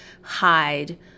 hide